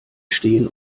stehen